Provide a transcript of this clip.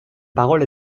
parole